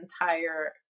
entire